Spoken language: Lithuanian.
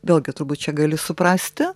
vėlgi turbūt čia gali suprasti